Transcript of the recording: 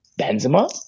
Benzema